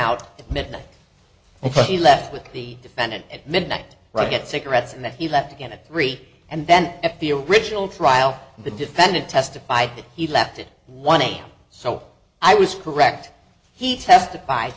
out at midnight ok he left with the defendant at midnight right get cigarettes and then he left again and three and then at the original trial the defendant testified that he left it one day so i was correct he testified